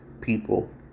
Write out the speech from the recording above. people